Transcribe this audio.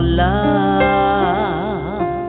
love